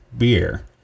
beer